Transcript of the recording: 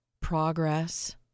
progress